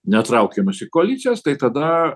netraukiamos į koalicijas tai tada